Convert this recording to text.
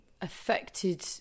affected